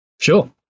Sure